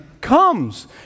comes